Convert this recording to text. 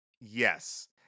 Yes